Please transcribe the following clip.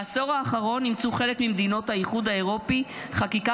בעשור האחרון אימצו חלק ממדינות האיחוד האירופי חקיקה